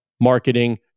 marketing